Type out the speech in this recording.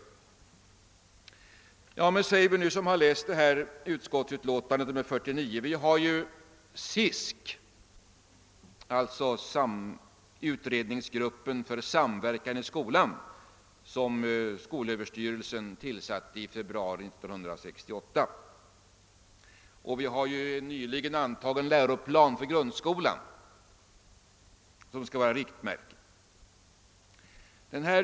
Men, säger kanske de som läst statsutskottets utlåtande nr 49, vi har ju SISK — utredningsgruppen för samverkan i skolan — som skolöverstyrelsen tillsatte i februari 1968, och vi har en nyligen antagen läroplan för grundskolan som skall vara riktmärke.